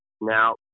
now